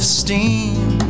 steam